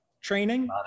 training